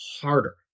harder